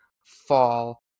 fall